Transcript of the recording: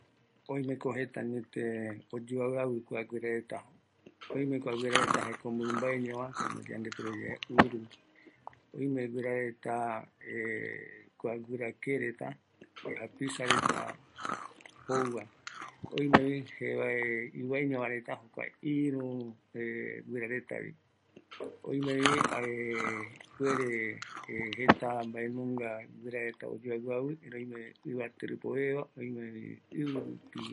Oimeko guirsreta oyoavɨ, oime tetarupiguai, uru, oimevi japisa iuava, guirake, oimevi jevae iuaeño reta, oime oveveva, jare oime ɨvɨ rupiguareta